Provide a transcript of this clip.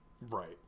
Right